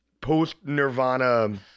post-Nirvana